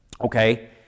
Okay